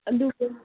ꯑꯗꯨꯗꯣ